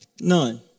None